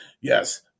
yes